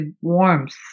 warmth